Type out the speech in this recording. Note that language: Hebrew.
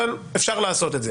אבל אפשר לעשות את זה.